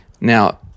Now